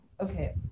okay